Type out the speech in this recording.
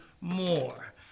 more